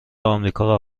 آمریکا